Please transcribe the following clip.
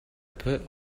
put